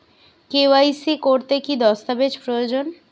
KYC করতে কি দস্তাবেজ প্রয়োজন?